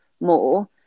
more